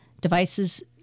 Devices